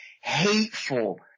hateful